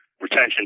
retention